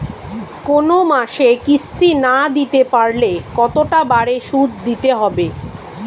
কোন মাসে কিস্তি না দিতে পারলে কতটা বাড়ে সুদ দিতে হবে?